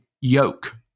yoke